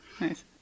nice